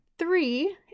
Three